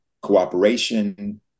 cooperation